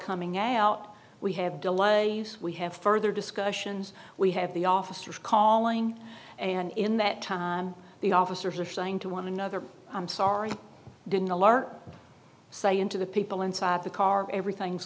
coming out we have delays we have further discussions we have the officers calling and in that the officers are saying to one another i'm sorry i didn't alert say into the people inside the car everything's